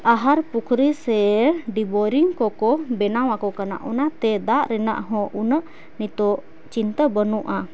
ᱟᱦᱟᱨ ᱯᱩᱠᱷᱨᱤ ᱥᱮ ᱰᱤᱵᱳᱨᱤᱝ ᱠᱚᱠᱚ ᱵᱮᱱᱟᱣᱟᱠᱚ ᱠᱟᱱᱟ ᱚᱱᱟᱛᱮ ᱫᱟᱜ ᱨᱮᱱᱟᱜ ᱦᱚᱸ ᱩᱱᱟᱹᱜ ᱱᱤᱛᱳᱜ ᱪᱤᱱᱛᱟᱹ ᱵᱟᱹᱱᱩᱜᱼᱟ